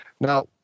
now